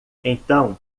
então